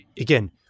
again